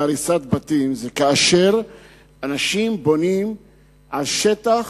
להריסת בתים זה כאשר אנשים בונים על שטח